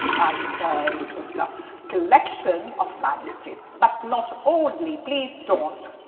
i would say, just ah collection of manuscripts, but not only. please don't,